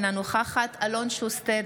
אינה נוכחת אלון שוסטר,